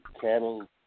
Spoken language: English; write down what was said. Cattle